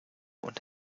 und